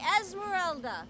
Esmeralda